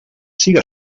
ziga